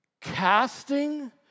casting